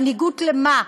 מנהיגות למה?